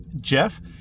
Jeff